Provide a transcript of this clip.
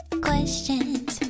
questions